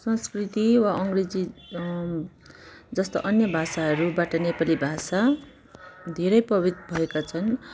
संस्कृत वा अङ्ग्रेजी जस्तो अन्य भाषाहरूबाट नेपाली भाषा धेरै पवित भएका छन्